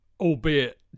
albeit